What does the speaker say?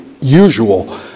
usual